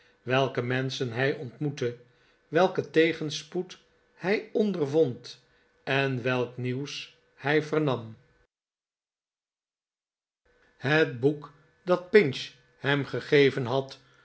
welke menschen hij ontmoette welken tegenspoed hij ondervond en welk nieuws hij vernam het boek dat pinch hem gegeven had